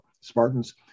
Spartans